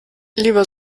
lieber